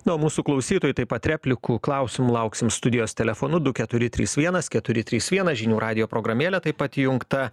na o mūsų klausytojų taip pat replikų klausimų lauksim studijos telefonu du keturi trys vienas keturi trys vienas žinių radijo programėlė taip pat įjungta